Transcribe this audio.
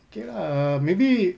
okay lah err maybe